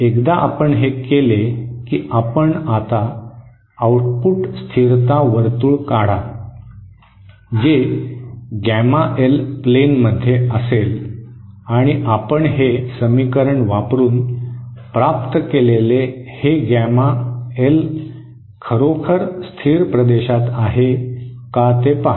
एकदा आपण हे केले की आपण आता आउटपुट स्थिरता वर्तुळ काढा जे गॅमा एल प्लेनमध्ये असेल आणि आपण हे समीकरण वापरुन प्राप्त केलेले हे गॅमा एल खरोखर स्थिर प्रदेशात आहे का ते पहा